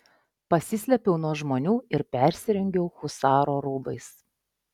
pasislėpiau nuo žmonių ir persirengiau husaro rūbais